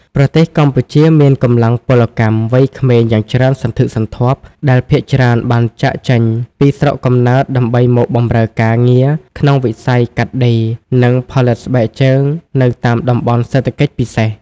ប្រទេសកម្ពុជាមានកម្លាំងពលកម្មវ័យក្មេងយ៉ាងច្រើនសន្ធឹកសន្ធាប់ដែលភាគច្រើនបានចាកចេញពីស្រុកកំណើតដើម្បីមកបម្រើការងារក្នុងវិស័យកាត់ដេរ និងផលិតស្បែកជើងនៅតាមតំបន់សេដ្ឋកិច្ចពិសេស។